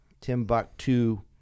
Timbuktu